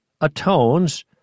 atones